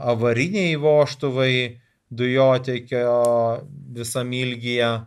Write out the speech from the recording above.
avariniai vožtuvai dujotiekio visam ilgyje